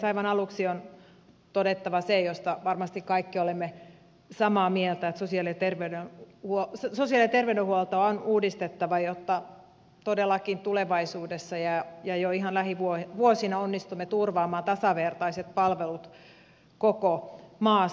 aivan aluksi on todettava se mistä varmasti kaikki olemme samaa mieltä että sosiaali ja terveydenhuoltoa on uudistettava jotta todellakin tulevaisuudessa ja jo ihan lähivuosina onnistumme turvaamaan tasavertaiset palvelut koko maassa